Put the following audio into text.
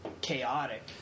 chaotic